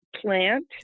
plant